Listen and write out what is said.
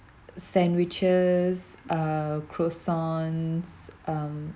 sandwiches uh croissants um